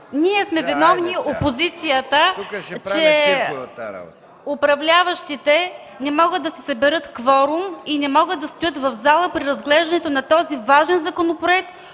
Ние сме виновни – опозицията, че управляващите не могат да си съберат кворум и не стоят в залата при разглеждането на този важен законопроект,